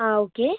ആ ഓക്കെ